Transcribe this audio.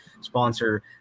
sponsor